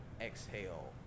exhale